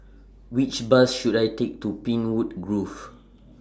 Which Bus should I Take to Pinewood Grove